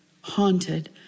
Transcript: haunted